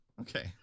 Okay